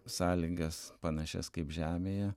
sąlygas panašias kaip žemėje